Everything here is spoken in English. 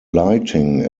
lighting